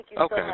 Okay